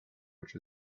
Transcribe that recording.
which